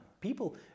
People